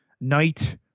night